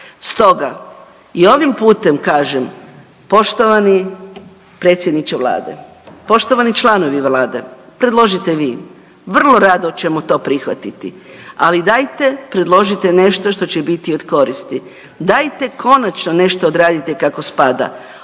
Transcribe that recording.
Stoga i ovim putem kažem, poštovani predsjedniče Vlade, poštovani članovi Vlade predložite vi, vrlo rado ćemo to prihvatiti, ali dajte predložite nešto što će biti od koristi. Dajte konačno nešto odradite kako spada,